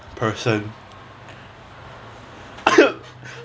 person